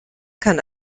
kann